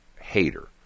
hater